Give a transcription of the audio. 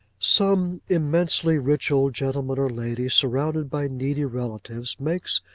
some immensely rich old gentleman or lady, surrounded by needy relatives, makes,